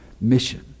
mission